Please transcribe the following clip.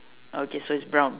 okay so it's brown